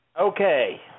Okay